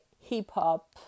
hip-hop